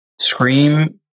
scream